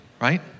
right